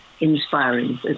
inspiring